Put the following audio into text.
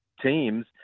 teams